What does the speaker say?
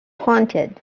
haunted